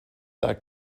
that